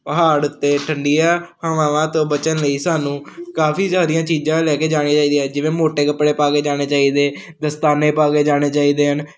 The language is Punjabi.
ਪਹਾੜ 'ਤੇ ਠੰਢੀਆਂ ਹਵਾਵਾਂ ਤੋਂ ਬਚਣ ਲਈ ਸਾਨੂੰ ਕਾਫੀ ਸਾਰੀਆਂ ਚੀਜ਼ਾਂ ਲੈ ਕੇ ਜਾਣੀਆਂ ਚਾਹੀਦੀਆਂ ਜਿਵੇਂ ਮੋਟੇ ਕੱਪੜੇ ਪਾ ਕੇ ਜਾਣੇ ਚਾਹੀਦੇ ਦਸਤਾਨੇ ਪਾ ਕੇ ਜਾਣੇ ਚਾਹੀਦੇ ਹਨ